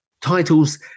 Titles